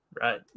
Right